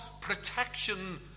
protection